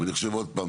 ואני חושב עוד פעם,